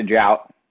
out